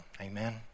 Amen